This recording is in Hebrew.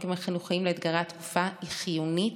החינוכיים לאתגרי התקופה היא חיונית,